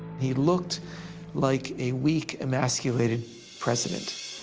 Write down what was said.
he looked like a weak, emasculated president.